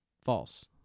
False